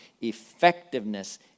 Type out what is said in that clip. Effectiveness